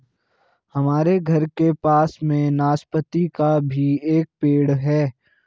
हमारे घर के पास में नाशपती का भी एक पेड़ है